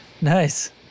Nice